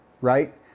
right